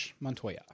Montoya